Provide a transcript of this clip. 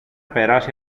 περάσει